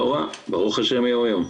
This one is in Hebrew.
לא רע, ברוך ה' יום יום.